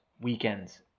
weekends